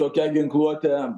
tokią ginkluotę